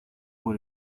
por